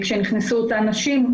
התקופה שבה נכנסו הנשים.